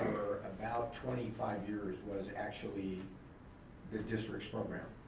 about twenty five years, was actually the district's program.